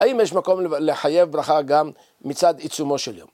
האם יש מקום לחייב ברכה גם מצד עיצומו של יום?